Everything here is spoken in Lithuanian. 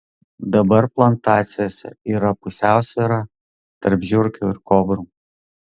dabar plantacijose yra pusiausvyra tarp žiurkių ir kobrų